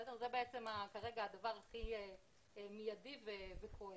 זה בעצם הדבר הכי מיידי וכואב.